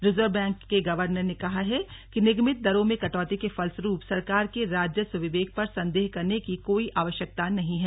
reserve bank के governor ने कहा है कि निगमित दरों में कटौती के फलस्वरूप सरकार के राजस्व विवेक पर संदेह करने की कोई आवश्यकता नहीं है